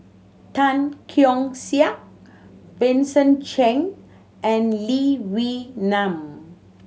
Tan Keong Saik Vincent Cheng and Lee Wee Nam